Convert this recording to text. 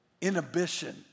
inhibition